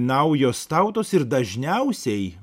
naujos tautos ir dažniausiai